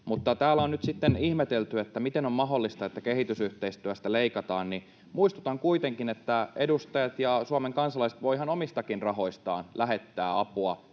sitten ihmetelty, miten on mahdollista, että kehitysyhteistyöstä leikataan. Muistutan kuitenkin, että edustajat ja Suomen kansalaiset voivat ihan omistakin rahoistaan lähettää apua